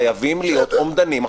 חייבים להיות אומדנים.